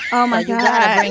oh my god.